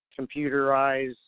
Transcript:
computerized